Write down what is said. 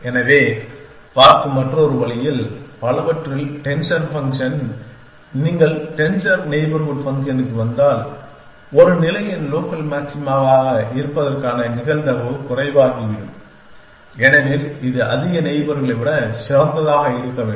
எனவே பார்க்கும் மற்றொரு வழியில் பலவற்றில் டென்சர் ஃபங்க்ஷன் நீங்கள் டென்சர் நெய்பர்ஹுட் ஃபங்க்ஷனிற்கு வந்தால் ஒரு நிலையின் லோக்கல் மாக்சிமாவாக இருப்பதற்கான நிகழ்தகவு குறைவாகிவிடும் ஏனெனில் இது அதிக நெய்பர்களை விட சிறந்ததாக இருக்க வேண்டும்